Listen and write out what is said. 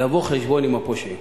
לבוא חשבון עם הפושעים.